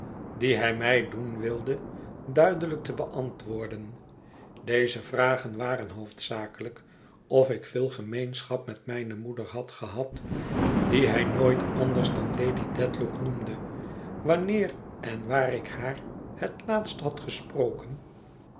die hij mij doen wilde duidelijk te beantwoorden deze vragen waren hoofdzakelijk of ik veel gemeenschap met mijne moeder had gehad die hij nooit anders dan lady dedlock noemde wanneer en waar ik haar het laatst had gesproken